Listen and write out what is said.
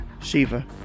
Shiva